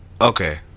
Okay